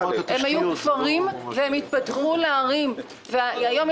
לאורך כל תהליך התכנון --- תנקטי בשם של יישוב דרוזי אחד שיש